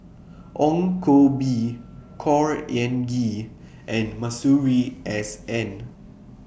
Ong Koh Bee Khor Ean Ghee and Masuri S N